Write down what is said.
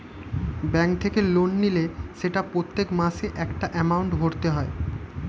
bank থেকে loan নিলে সেটা প্রত্যেক মাসে একটা এমাউন্ট ভরতে হয়